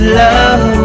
love